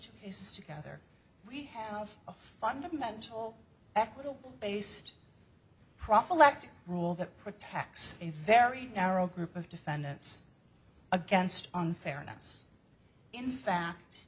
two is together we have a fundamental equitable based prophylactic rule that protects a very narrow group of defendants against unfairness in fact